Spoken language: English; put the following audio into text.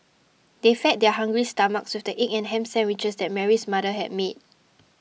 they fed their hungry stomachs with the egg and ham sandwiches that Mary's mother had made